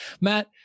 Matt